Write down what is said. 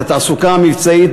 את התעסוקה המבצעית,